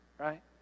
Right